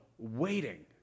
Waiting